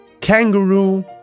kangaroo